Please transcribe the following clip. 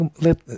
let